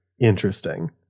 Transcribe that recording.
interesting